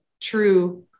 true